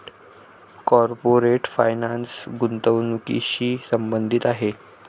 corporate finance गुंतवणुकीशी संबंधित आहे